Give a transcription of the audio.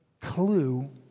clue